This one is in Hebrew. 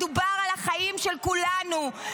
מדובר על החיים של כולנו,